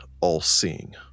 all-seeing